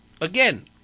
again